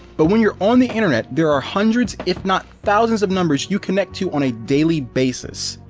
but when you're on the internet there are hundreds if not thousands of numbers you connect to on a daily basis.